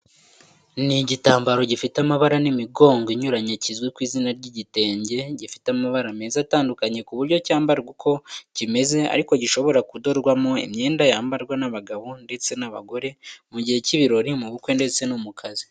Ni igitambaro gifite amabara n’imigongo inyuranye kizwi ku izina ry'igitenge, gifite amabara meza atandukanye ku buryo cyambarwa uko kimeze ariko gishobora kudodwamo imyenda yambarwa n'abagabo ndetse n'abagore mu gihe cy'ibirori, mu bukwe ndetse no mu kazi.